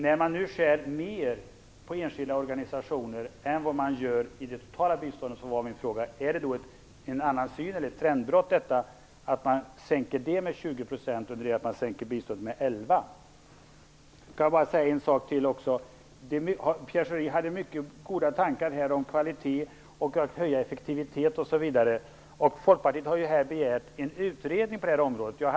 När man nu skär mer på enskilda organisationer än på det totala biståndet, när man minskar stödet till enskilda organisationer med 20 % och sänker det totala biståndet med 11 %, är det då fråga om ett trendbrott? Pierre Schori hade många goda tankar om kvalitet, att effektiviteten skulle höjas, osv. Folkpartiet har begärt en utredning på det här området.